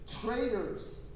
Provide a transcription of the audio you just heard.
traitors